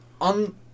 on